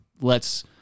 lets